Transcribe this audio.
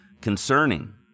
concerning